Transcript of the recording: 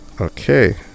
okay